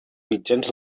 mitjans